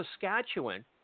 Saskatchewan